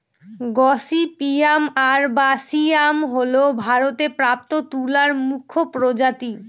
gossypium arboreum হল ভারতে প্রাপ্ত তুলার মুখ্য প্রজাতি